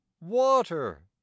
water